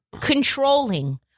controlling